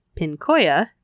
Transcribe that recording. Pincoya